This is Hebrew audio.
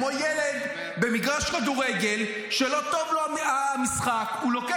זה כמו ילד במגרש כדורגל, שהמשחק לא טוב